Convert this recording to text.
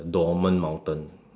dormant mountain